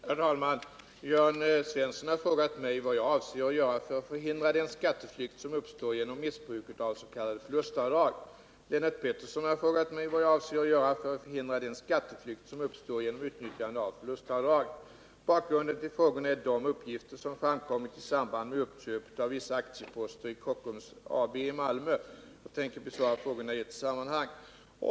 Herr talman! Jörn Svensson har frågat mig vad jag avser att göra för att förhindra den skatteflykt som uppstår genom missbruk av s.k. förlustavdrag. Lennart Pettersson har frågat mig vad jag avser att göra för att förhindra den skatteflykt som uppstår genom utnyttjande av förlustavdrag. Bakgrunden till frågorna är de uppgifter som framkommit i samband med uppköp av vissa aktieposter i Kockums AB i Malmö. Jag tänker besvara frågorna i ett sammanhang.